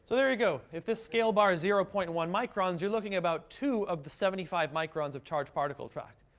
so there you go. if this scale bar is zero point and one microns, you're looking about two of the seventy five microns of charged particle track.